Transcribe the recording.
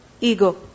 Ego